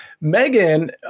Megan